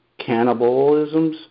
cannibalisms